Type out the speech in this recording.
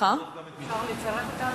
אפשר לצרף אותי